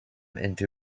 into